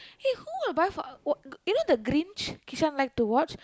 eh who will buy for uh you know the Grinch Kishan like to watch